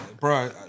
Bro